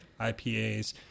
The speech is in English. IPAs